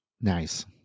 Nice